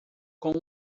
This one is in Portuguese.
com